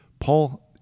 Paul